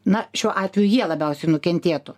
na šiuo atveju jie labiausiai nukentėtų